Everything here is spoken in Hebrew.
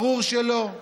ברור שלא.